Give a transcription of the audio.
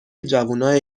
جوونای